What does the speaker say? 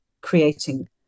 creating